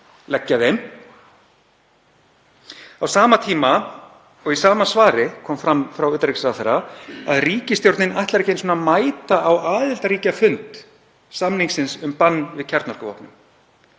leggja þeim. Á sama tíma og í sama svari kom fram frá utanríkisráðherra að ríkisstjórnin ætli ekki einu sinni að mæta á aðildarríkjafund samningsins um bann við kjarnorkuvopnum.